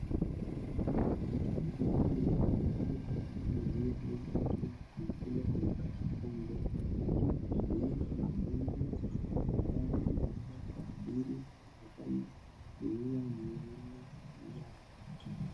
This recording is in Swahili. Katika hospitali hii tunaweza kupata mzee ambaye amekuja kupata chanjo ya magonjwa ambao inaweza kuuwa mwili.